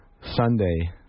Sunday